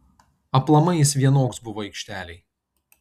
aplamai jis vienoks buvo aikštelėj